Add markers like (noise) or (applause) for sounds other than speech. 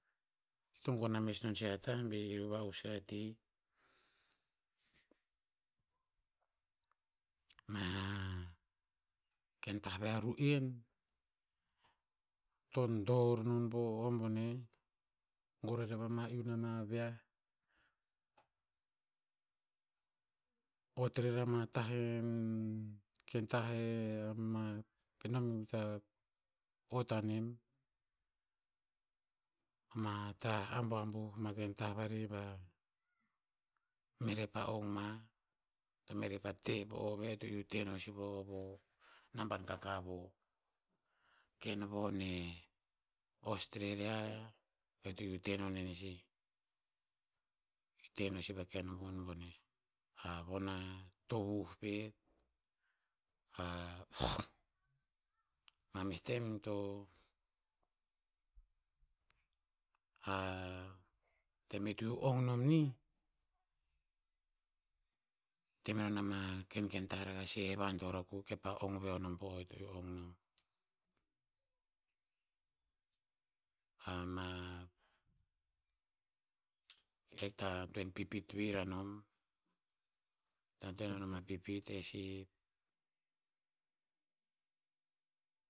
Ti to gon na mes no si a tah vir va'us a ti. Ma, ken tah veh a ru'eri, to dor non po o boneh. Goro rer pama iu ama viah. Ot rer ama tah (hesitation) e- nom hikta ot a nem. Ama tah abuabuh, ma ken tah vari ba, me rer pa ong ma. To me rer pa te po o veh eo to iu te no sih po o po naban kakavo. Kev vo neh, australia, eo to iu te no nen sih. Iu te no sih pa ken von boneh. A von a, tovuh pet. A (noise) ma meh tem, to, a, tem e to iu ong nom nih, te menon ama kenken tah rakah e pasi he vador akuk kepa ong veho nom po o e to iu ong nom. Ama, e hikta antoen pipit vir anom. To hikta antoen anom pa pipit. Eh sih. (noise)